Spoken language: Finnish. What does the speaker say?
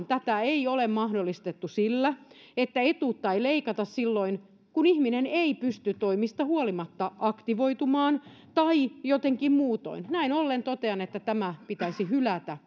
tätä nimenomaan ei ole mahdollistettu sillä että etuutta ei leikata silloin kun ihminen ei pysty toimista huolimatta aktivoitumaan tai jotenkin muutoin näin ollen totean että tämä aktiivimalli pitäisi hylätä